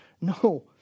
no